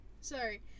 sorry